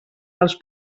dels